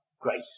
grace